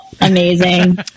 amazing